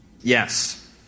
Yes